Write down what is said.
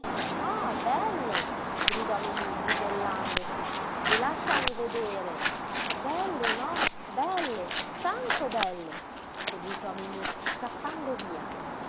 no belle gridò mimí ribellandosi e lasciami vedere belle no belle tanto belle seguitò mimí scappando via